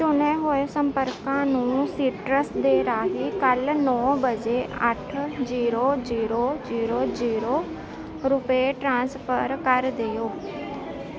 ਚੁਣੇ ਹੋਏ ਸੰਪਰਕਾਂ ਨੂੰ ਸੀਟਰਸ ਦੇ ਰਾਹੀਂ ਕੱਲ ਨੌਂ ਵਜੇ ਅੱਠ ਜ਼ੀਰੋ ਜ਼ੀਰੋ ਜ਼ੀਰੋ ਜ਼ੀਰੋ ਰੁਪਏ ਟ੍ਰਾਂਸਫਰ ਕਰ ਦਿਓ